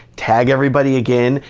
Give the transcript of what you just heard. tag everybody again,